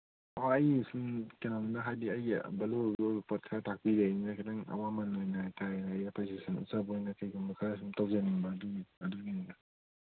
ꯑꯣ ꯑꯩ ꯁꯨꯝ ꯀꯩꯅꯣꯝꯗ ꯍꯥꯏꯗꯤ ꯑꯩꯒꯤ ꯚꯂꯨ ꯑꯣꯏꯕ ꯑꯔꯨꯕ ꯄꯣꯠ ꯈꯔ ꯇꯥꯛꯄꯤꯕꯩꯅꯤꯅ ꯈꯤꯇꯪ ꯑꯋꯥꯃꯟ ꯑꯣꯏꯅ ꯍꯥꯏ ꯇꯥꯔꯦ ꯑꯩ ꯑꯦꯄ꯭ꯔꯤꯁꯦꯁꯟ ꯎꯠꯆꯕ ꯑꯣꯏꯅ ꯀꯩꯒꯨꯝꯕ ꯈꯔ ꯁꯨꯝ ꯇꯧꯖꯅꯤꯡꯕ ꯑꯗꯨꯒꯤ ꯑꯗꯨꯒꯤꯅꯤꯗ